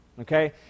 okay